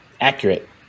accurate